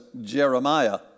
Jeremiah